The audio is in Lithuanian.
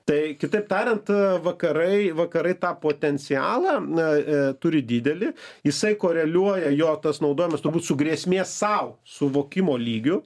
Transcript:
tai kitaip tariant vakarai vakarai tą potencialą na turi didelį jisai koreliuoja jo tas naudojamas turbūt su grėsmės sau suvokimo lygiu